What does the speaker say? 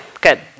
good